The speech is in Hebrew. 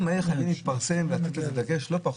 האלה חייבות להתפרסם ולתת לזה לא פחות.